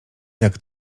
jak